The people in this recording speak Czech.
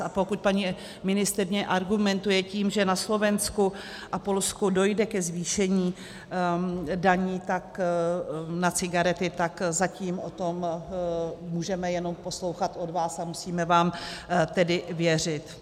A pokud paní ministryně argumentuje tím, že na Slovensku a v Polsku dojde ke zvýšení daní na cigarety, tak zatím o tom můžeme jenom poslouchat od vás a musíme vám tedy věřit.